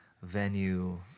venue